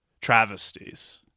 travesties